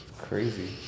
Crazy